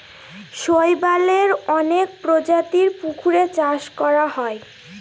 শৈবালের অনেক প্রজাতির পুকুরে চাষ করা হয়